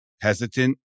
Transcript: hesitant